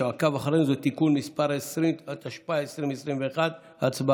(תיקון מס' 20), התשפ"א 2021. הצבעה.